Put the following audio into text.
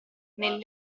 nel